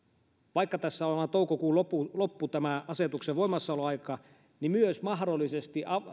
vaikka tässä on toukokuun loppuun tämän asetuksen voimassaoloaika myös mahdollisesti